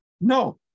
No